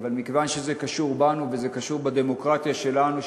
אבל מכיוון שזה קשור בנו וזה קשור בדמוקרטיה שלנו,